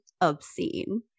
Obscene